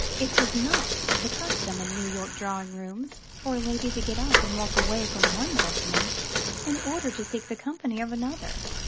it was not the custom in new york drawing-rooms for a lady to get up and walk away from one gentleman in order to seek the company of another.